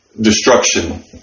destruction